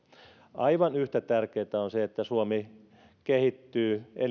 aivan yhtä tärkeätä on se että suomi kehittyy